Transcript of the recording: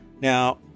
Now